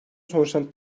sonuçlarını